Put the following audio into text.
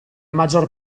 maggior